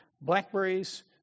blackberries